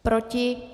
Proti?